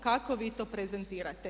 Kako vi to prezentirate?